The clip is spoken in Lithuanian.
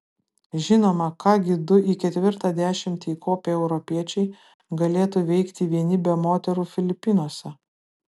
žinoma ką gi du į ketvirtą dešimtį įkopę europiečiai galėtų veikti vieni be moterų filipinuose